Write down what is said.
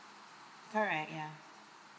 correct yeah